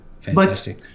Fantastic